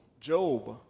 Job